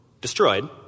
destroyed